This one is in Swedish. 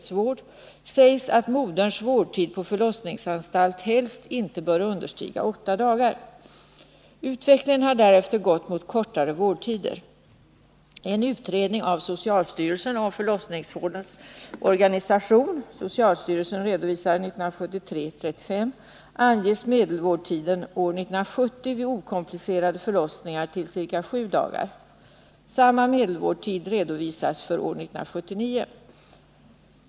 sägs att moderns vårdtid på förlossningsanstalt helst inte bör understiga åtta dagar. Utvecklingen har därefter gått mot kortare vårdtider. I en utredning av socialstyrelsen om förlossningsvårdens organisation anges medelvårdtiden år 1970 vid okomplicerade förlossningar till ca sju dagar. Samma medelvårdtid redovisas för år 1979.